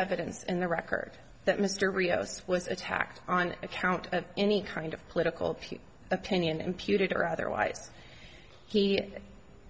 evidence in the record that mr rios was attacked on account of any kind of political opinion imputed or otherwise he